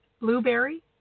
Blueberry